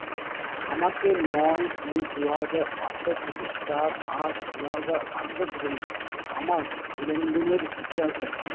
আমাকে নয় দুই দু হাজার আঠেরো থেকে চার আট দু হাজার আঠেরো পর্যন্ত আমার লেনদেনের ইতিহাস দেখান